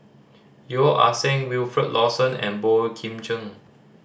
Yeo Ah Seng Wilfed Lawson and Boey Kim Cheng